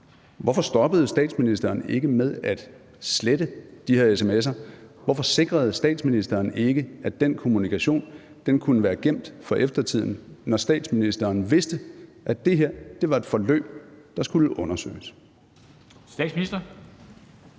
Hvorfor stoppede statsministeren ikke med at slette de her sms'er? Hvorfor sikrede statsministeren ikke, at den kommunikation kunne være gemt for eftertiden, når statsministeren vidste, at det her var et forløb, der skulle undersøges? Kl.